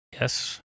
Yes